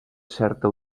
certa